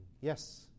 Yes